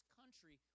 country